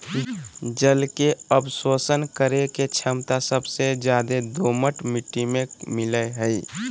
जल के अवशोषण करे के छमता सबसे ज्यादे दोमट मिट्टी में मिलय हई